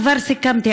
כבר סיכמתי,